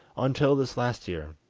until this last year,